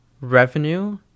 revenue